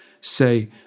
say